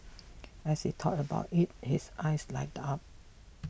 as he talks about it his eyes light up